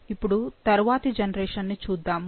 ఇపుడు తరువాతి జనరేషన్ ని చూద్దాము